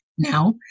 Now